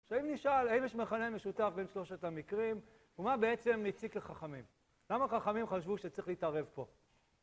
ואם נשאל האם יש מכנה משותף בין שלושת המקרים, ומה בעצם מציק לחכמים? למה החכמים חשבו שצריך להתערב פה?